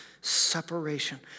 separation